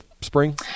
spring